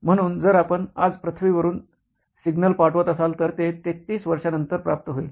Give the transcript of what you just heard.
म्हणून जर आपण आज पृथ्वी वरून सिग्नल पाठवत असाल तर ते 33 वर्षानंतर प्राप्त होईल